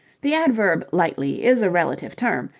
the adverb lightly is a relative term,